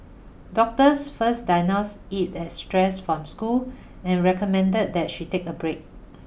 doctors first diagnose it as stress from school and recommended that she take a break